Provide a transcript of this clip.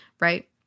right